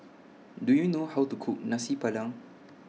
Do YOU know How to Cook Nasi Padang